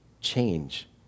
Change